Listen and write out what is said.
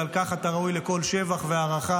ועל כך אתה ראוי לכל שבח והערכה.